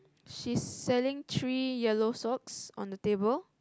she's selling three yellow socks on the table